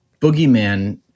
boogeyman